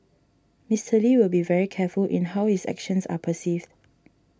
Mister Lee will be very careful in how is actions are perceived